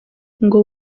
ngo